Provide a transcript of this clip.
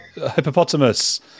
hippopotamus